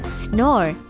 snore